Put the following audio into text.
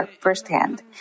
firsthand